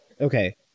Okay